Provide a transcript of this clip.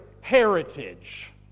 heritage